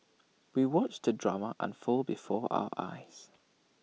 we watched the drama unfold before our eyes